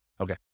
Okay